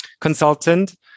consultant